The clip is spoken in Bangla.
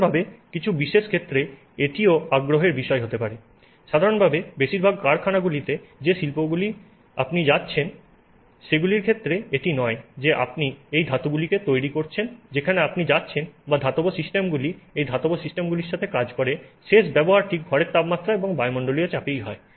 সাধারণভাবে কিছু বিশেষ ক্ষেত্রে এটিও আগ্রহের বিষয় হতে পারে সাধারণভাবে বেশিরভাগ কারখানাগুলি যে শিল্পগুলিতে আপনি যাচ্ছেন সেগুলির ক্ষেত্রে এই নয় যে আপনি এই ধাতুগুলি তৈরি করছেন যেখানে আপনি যাচ্ছেন বা ধাতব সিস্টেমগুলি এই ধাতব সিস্টেমগুলির সাথে কাজ করে শেষ ব্যবহারটি ঘরের তাপমাত্রা এবং বায়ুমণ্ডলীয় চাপেই হয়